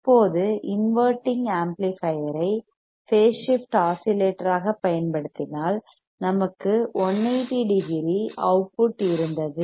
இப்போது inverting amplifier ஐ phase shift ஆஸிலேட்டராகப் பயன்படுத்தினால் நமக்கு 180 டிகிரி அவுட்புட் இருந்தது